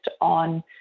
on